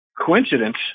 coincidence